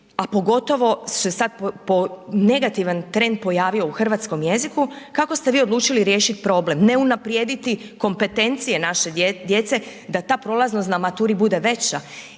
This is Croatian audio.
a pogotovo što se sad negativan trend pojavio u hrvatskom jeziku. Kako ste vi odlučili riješiti problem? Ne unaprijediti kompetencije naše djece djece da ta prolaznost na maturi bude veća